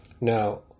Now